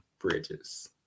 bridges